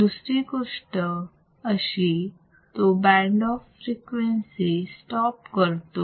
दुसरी गोष्ट अशी तो बँड ऑफ फ्रिक्वेन्सी स्टॉप करतो